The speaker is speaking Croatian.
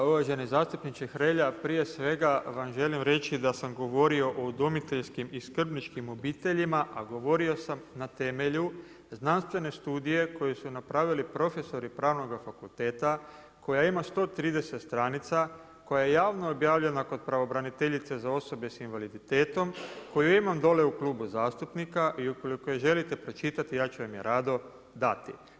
Uvaženi zastupniče Hrelja prije svega vam želim reći da sam govorio o udomiteljskim i skrbničkim obiteljima, a govorio sam na temelju znanstvene studije koje su napravili profesori pravnoga fakulteta, koja ima 130 stranica, koja je javno objavljena kod pravobraniteljice za osobe s invaliditetom, koju imam dole u Klubu zastupnika i ukoliko je želite pročitate, ja ću vam je rado dati.